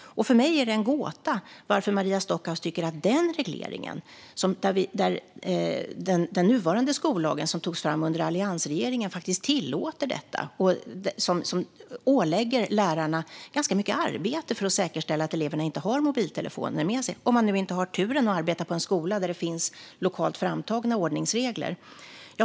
För mig är Maria Stockhaus uppfattning om den regleringen en gåta, det vill säga den nuvarande skollagen som togs fram under alliansregeringen, som faktiskt tillåter detta, som ålägger lärarna mycket arbete för att säkerställa att eleverna inte har mobiltelefoner med sig, om lärarna inte har turen att arbeta på en skola där det finns lokalt framtagna ordningsregler.